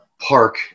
park